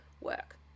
work